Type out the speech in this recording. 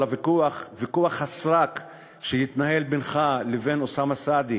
על ויכוח הסרק שהתנהל בינך לבין אוסאמה סעדי,